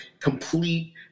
complete